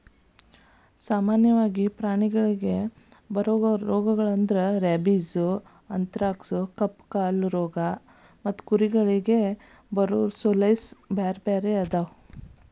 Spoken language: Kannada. ಸಾಮನ್ಯವಾಗಿ ಪ್ರಾಣಿಗಳಿಗೆ ಬರೋ ರೋಗಗಳಂದ್ರ ರೇಬಿಸ್, ಅಂಥರಾಕ್ಸ್ ಕಪ್ಪುಕಾಲು ರೋಗ ಕುರಿಗಳಿಗೆ ಬರೊಸೋಲೇಸ್ ಬ್ಯಾರ್ಬ್ಯಾರೇ ಅದಾವ